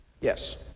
Yes